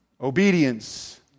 Obedience